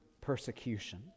persecution